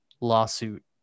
lawsuit